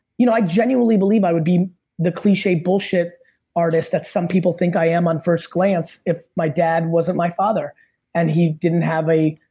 you know i genuinely believe i would be the cliche bullshit artist that some people think i am on first glance if my dad wasn't my father and he didn't have a